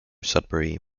sudbury